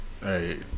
hey